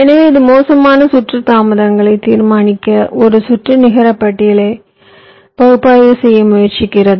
எனவே இது மோசமான சுற்று தாமதங்களைத் தீர்மானிக்க ஒரு சுற்று நிகர பட்டியலை பகுப்பாய்வு செய்ய முயற்சிக்கிறது